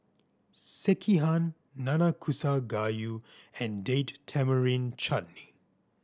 Sekihan Nanakusa Gayu and Date Tamarind Chutney